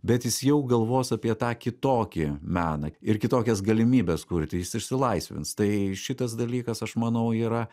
bet jis jau galvos apie tą kitokį meną ir kitokias galimybes kurti jis išsilaisvins tai šitas dalykas aš manau yra